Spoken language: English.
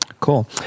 Cool